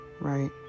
right